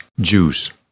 Jews